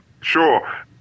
Sure